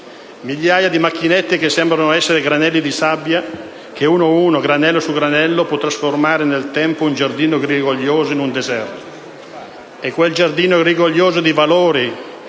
Migliaia di macchinette che, sembrano essere granelli di sabbia che, uno ad uno, granello su granello, possono trasformare nel tempo un giardino rigoglioso in un deserto. È quel giardino rigoglioso di valori